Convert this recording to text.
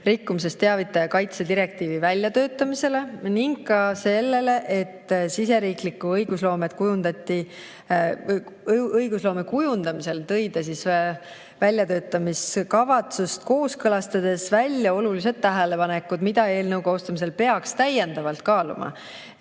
rikkumisest teavitaja kaitse direktiivi väljatöötamisse ning ka sellesse, et siseriikliku õigusloome kujundamisel tõi ta väljatöötamiskavatsust kooskõlastades välja olulised tähelepanekud, mida eelnõu koostamisel peaks täiendavalt kaaluma.